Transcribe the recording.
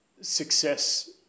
success